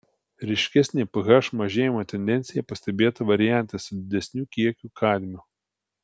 ryškesnė ph mažėjimo tendencija pastebėta variante su didesniu kiekiu kadmio